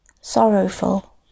sorrowful